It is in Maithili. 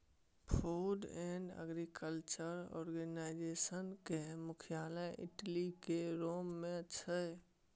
फूड एंड एग्रीकल्चर आर्गनाइजेशन केर मुख्यालय इटली केर रोम मे छै